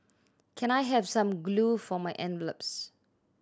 can I have some glue for my envelopes